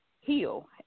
heal